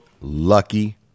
lucky